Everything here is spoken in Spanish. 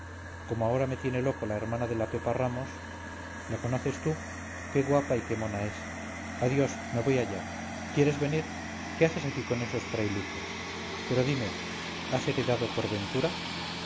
como ahora me tiene loco la hermana de la pepa ramos la conoces tú qué guapa y qué mona es adiós me voy allá quieres venir qué haces aquí con esos frailucos pero dime has heredado por ventura